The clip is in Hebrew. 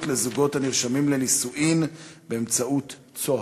לזוגות הנרשמים לנישואים באמצעות "צהר".